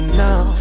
now